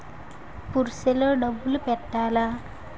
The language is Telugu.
పుర్సె లో డబ్బులు పెట్టలా?